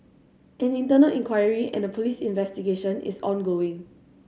an internal inquiry and a police investigation is ongoing